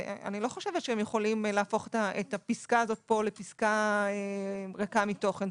אני לא חושבת שהם יכולים להפוך את הפסקה הזו לפסקה ריקה מתוכן.